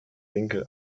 winkel